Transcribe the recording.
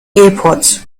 airports